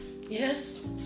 Yes